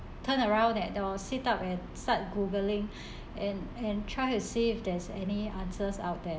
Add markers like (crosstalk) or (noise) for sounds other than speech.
turn around and I will sit up and start googling (breath) and and try to see if there's any answers out there